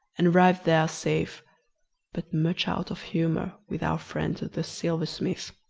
and arrived there safe but much out of humour with our friend the silversmith.